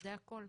זה הכל.